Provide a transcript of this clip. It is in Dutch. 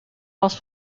was